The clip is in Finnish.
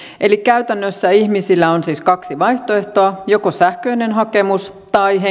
eli käytännössä ihmisillä on siis kaksi vaihtoehtoa joko sähköinen hakemus tai